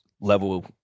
level